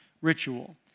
ritual